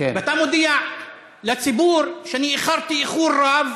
ואתה מודיע לציבור שאני איחרתי איחור רב